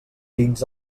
dins